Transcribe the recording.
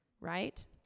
right